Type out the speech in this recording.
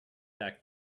back